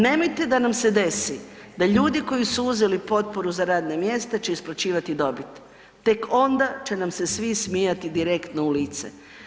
Nemojte da nam se desi da ljudi koji su uzeli potporu za radna mjesta će isplaćivati dobit, tek onda će nam se svi smijati direktno u lice.